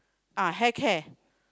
ah hair care